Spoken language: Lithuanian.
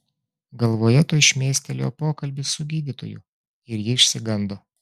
galvoje tuoj šmėstelėjo pokalbis su gydytoju ir ji išsigando